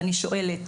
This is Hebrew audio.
ואני שואלת